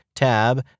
tab